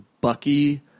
Bucky